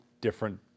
different